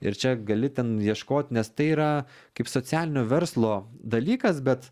ir čia gali ten ieškot nes tai yra kaip socialinio verslo dalykas bet